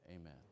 Amen